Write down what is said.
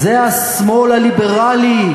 זה השמאל הליברלי.